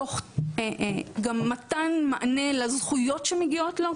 תוך מתן מענה לזכויות שמגיעות לו,